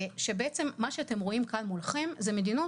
בעצם מה שאתם רואים כאן מולכם זה מדינות